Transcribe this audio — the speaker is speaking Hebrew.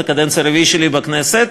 זו הקדנציה הרביעית שלי בכנסת,